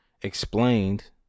explained